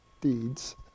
deeds